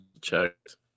checked